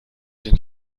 den